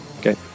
Okay